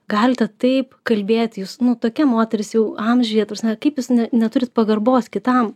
galite taip kalbėti jūs nu tokia moteris jau amžiuje ta prasme kaip jūs neturit pagarbos kitam